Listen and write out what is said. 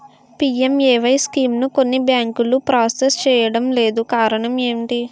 PMAY స్కీమును కొన్ని బ్యాంకులు ప్రాసెస్ చేయడం లేదు కారణం ఏమిటి?